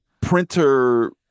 printer